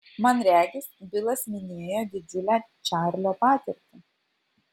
man regis bilas minėjo didžiulę čarlio patirtį